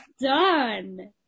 done